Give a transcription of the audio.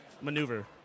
maneuver